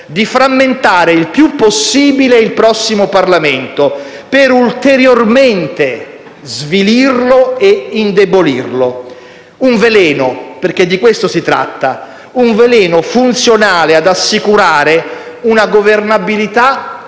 di frammentare il più possibile il prossimo Parlamento, per ulteriormente svilirlo e indebolirlo; un veleno funzionale - di questo si tratta - ad assicurare una governabilità